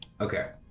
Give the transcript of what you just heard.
Okay